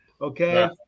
okay